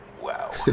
Wow